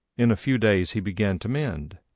in a few days he began to mend,